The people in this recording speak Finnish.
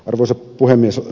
arvoisa puhemies